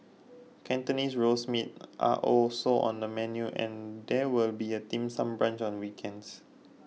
Cantonese Roast Meats are also on the menu and there will be a dim sum brunch on weekends